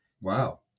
Wow